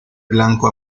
blanco